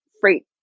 freight